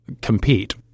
compete